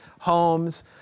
homes